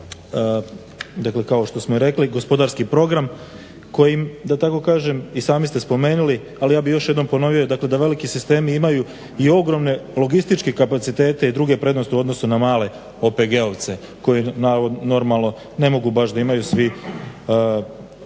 dakle kao što smo i rekli gospodarski program kojim da tako kažem i sami ste spomenuli ali ja bih još jednom ponovio, dakle da veliki sistemi imaju i ogromne logističke kapacitete i druge prednosti u odnosu na male OPG-ovce koji normalno ne mogu baš da imaju svi